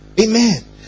Amen